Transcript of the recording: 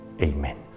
Amen